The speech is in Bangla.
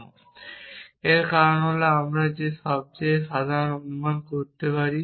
এবং এর কারণ হল যে আপনি সবচেয়ে সাধারণ অনুমান করতে পারেন